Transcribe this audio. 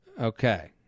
Okay